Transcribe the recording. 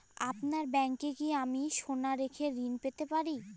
আপনার ব্যাংকে কি আমি সোনা রেখে ঋণ পেতে পারি?